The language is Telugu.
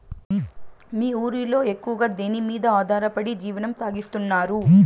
మీ ఊరిలో ఎక్కువగా దేనిమీద ఆధారపడి జీవనం సాగిస్తున్నారు?